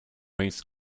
waste